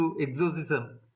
exorcism